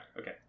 Okay